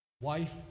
Wife